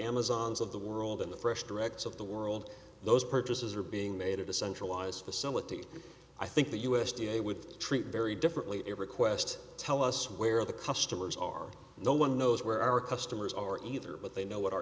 amazons of the world in the fresh direct of the world those purchases are being made of decentralize facility i think the u s d a with treat very differently to request tell us where the customers are no one knows where our customers are either but they know what our